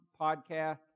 podcast